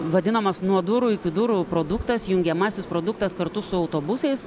vadinamas nuo durų iki durų produktas jungiamasis produktas kartu su autobusais